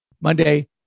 Monday